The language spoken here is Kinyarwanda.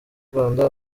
rwanda